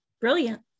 Brilliant